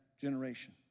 generation